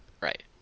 Right